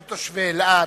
גם תושבי אלעד,